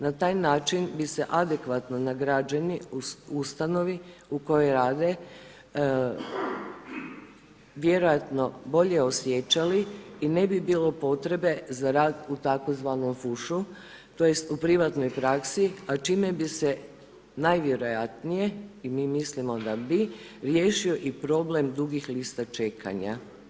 Na taj način bi se adekvatno nagrađeni u ustanovi u kojoj rade vjerojatno bolje osjećali i ne bi bilo potrebe za rad u tzv. fušu tj. u privatnoj praksi a čime bi se najvjerojatnije i mi mislimo da bi riješio i problem dugih lista čekanja.